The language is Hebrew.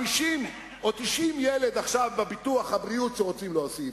50 או 90 ילד עכשיו בביטוח הבריאות שרוצים להוסיף,